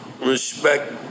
respect